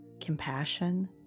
compassion